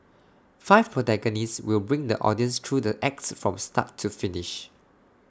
five protagonists will bring the audience through the acts from start to finish